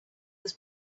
was